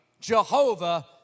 Jehovah